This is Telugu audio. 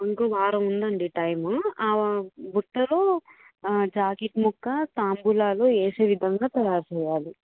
ఇంకో వారం ఉందండి టైము ఆ బుట్టలు జాకెట్ ముక్క తాంబులాలు వేసే విధంగా తయారు చేయాలి